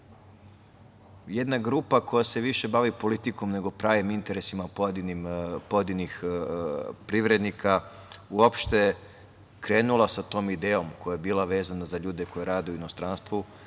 jedna grupa koja se više bavi politikom, nego pravim interesima pojedinih privrednika uopšte krenula sa tom idejom koja je bila vezana za ljude koji rade u inostranstvu. Dakle,